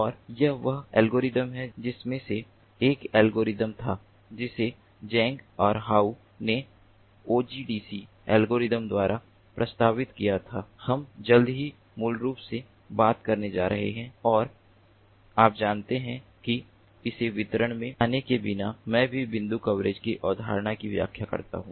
और यह वह एल्गोरिथ्म है जिसमें से एक एल्गोरिदम था जिसे Zhang और Hou ने OGDC एल्गोरिथ्म द्वारा प्रस्तावित किया था हम जल्द ही मूल रूप से बात करने जा रहे हैं और आप जानते हैं कि इसके विवरण में जाने के बिना मैं भी बिंदु कवरेज की अवधारणा की व्याख्या करता हूं